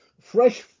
fresh